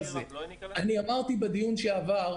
אני אמרתי בדיון שעבר,